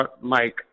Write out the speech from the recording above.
Mike